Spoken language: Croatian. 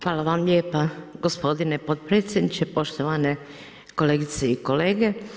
Hvala vam lijepa gospodine potpredsjedniče, poštovane kolegice i kolege.